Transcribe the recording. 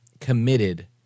committed